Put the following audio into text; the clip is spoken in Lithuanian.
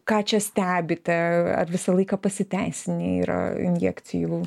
ką čia stebite ar visą laiką pasiteisinę yra injekcijų